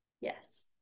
Yes